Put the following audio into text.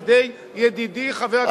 כפי שהוצע על-ידי ידידי חבר הכנסת אלקין,